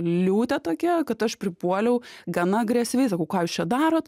liūtė tokia kad aš pripuoliau gana agresyviai sakau ką jūs čia darot